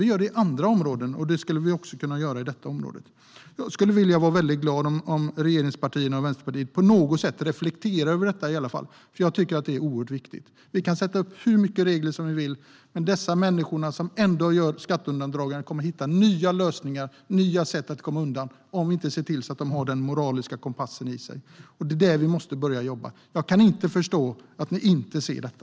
Vi gör det inom andra områden, och vi skulle kunna göra det även här. Jag skulle bli glad om regeringspartierna och Vänsterpartiet i alla fall reflekterar över detta på något sätt, för jag tycker att det är oerhört viktigt. Vi kan sätta upp hur mycket regler vi vill, men de människor som ägnar sig åt skatteundandragande kommer att hitta nya lösningar och sätt att komma undan, om vi inte ser till att de har en moralisk kompass i sig. Det är där vi måste börja jobba. Jag kan inte förstå att ni inte ser detta.